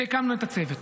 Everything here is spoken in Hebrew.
והקמנו את הצוות.